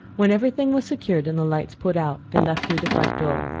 when everything was secured and the lights put out, they left through the front door,